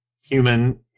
human